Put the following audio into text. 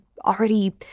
already